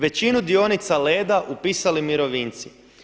Većinu dionica Ledo-a upisali mirovinci.